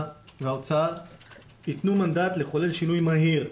והאוצר יתנו מנדט לחולל שינוי מהיר.